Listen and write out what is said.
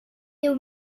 the